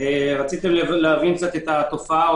רציתם להבין את התופעה.